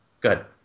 good